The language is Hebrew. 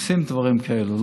עושים דברים כאלה,